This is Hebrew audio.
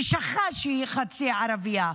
היא שכחה שהיא חצי ערבייה.